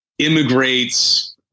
immigrates